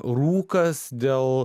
rūkas dėl